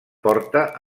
porta